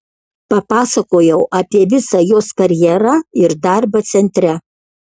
papasakojau apie visą jos karjerą ir darbą centre